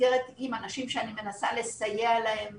אנשים שאני מנסה לסייע להם